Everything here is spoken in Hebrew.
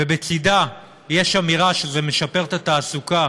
ובצדה יש אמירה שזה משפר את התעסוקה,